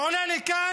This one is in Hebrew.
והוא עולה לכאן